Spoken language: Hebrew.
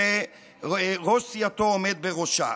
שראש סיעתו עומד בראשה.